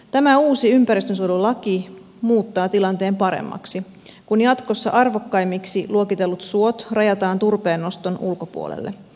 tämä uusi ympäristönsuojelulaki muuttaa tilanteen paremmaksi kun jatkossa arvokkaimmiksi luokitellut suot rajataan turpeennoston ulkopuolelle